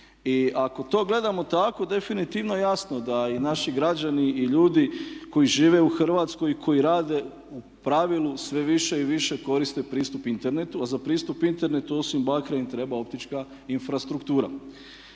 I ako to gledamo tako definitivno je jasno da i naši građani i ljudi koji žive u Hrvatskoj i koji rade u pravilu sve više i više koriste pristup internetu, a za pristup internetu osim bakra im treba optička infrastruktura.